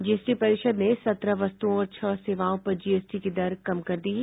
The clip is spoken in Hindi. जीएसटी परिषद ने सत्रह वस्तुओं और छह सेवाओं पर जीएसटी की दर कम कर दी है